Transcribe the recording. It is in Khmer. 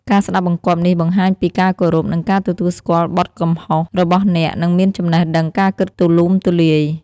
ការស្ដាប់បង្គាប់នេះបង្ហាញពីការគោរព និងការទទួលស្គាល់បទកំហុសរបស់អ្នក និងមានចំណេះដឹងការគិតទូលំទូលាយ។